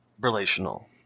relational